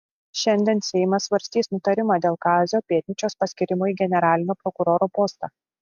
šiandien seimas svarstys nutarimą dėl kazio pėdnyčios paskyrimo į generalinio prokuroro postą